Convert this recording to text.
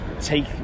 take